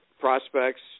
prospects